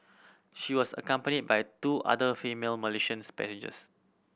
she was accompanied by two other female Malaysian 's passengers